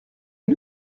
est